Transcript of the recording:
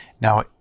Now